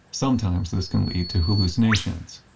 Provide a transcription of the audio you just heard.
sometimes this can lead to hallucinations.